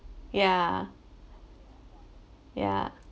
ya ya